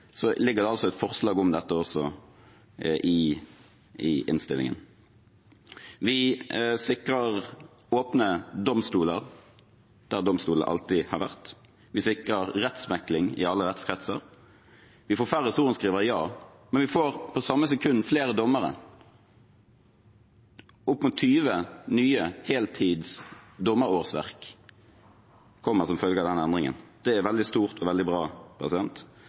ligger det et forslag om dette i innstillingen. Vi sikrer åpne domstoler der domstolene alltid har vært. Vi sikrer rettsmekling i alle rettskretser. Vi får færre sorenskrivere, men vi får i samme sekund flere dommere, opp mot 20 nye heltids dommerårsverk kommer som følge av denne endringen. Det er veldig stort og veldig bra.